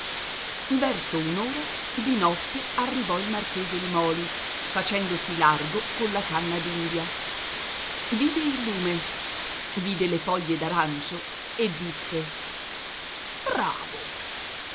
verso un'ora di notte arrivò il marchese limòli facendosi largo colla canna d'india vide il lume vide le foglie d'arancio e disse bravo